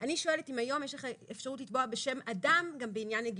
אני שואלת אם היום יש לך אפשרות לתבוע בשם אדם גם בעניין נגישות.